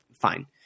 fine